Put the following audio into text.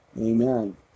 Amen